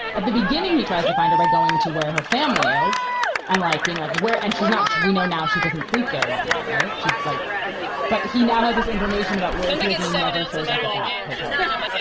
at the beginning, he tries to find her by going to where her family is and like being like where and she's not. we know now she doesn't sleep there that night. right. she's like but he now has this information about where she has and he never shows up at that hotel room.